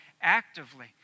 actively